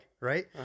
right